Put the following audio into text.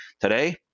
Today